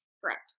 Correct